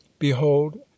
Behold